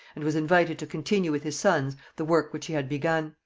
and was invited to continue with his sons the work which he had begun.